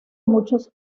muchos